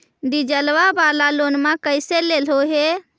डीजलवा वाला लोनवा कैसे लेलहो हे?